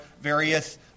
various